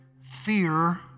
fear